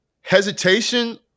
hesitation